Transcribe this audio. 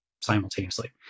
simultaneously